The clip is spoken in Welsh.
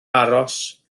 aros